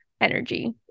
energy